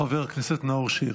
חבר הכנסת נאור שירי.